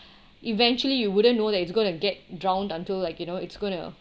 eventually you wouldn't know that it's gonna get drowned until like you know it's gonna